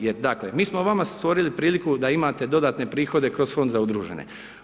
Jer dakle, mi smo vama stvorili priliku da imate dodatne prihode kroz fond za udružene.